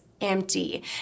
empty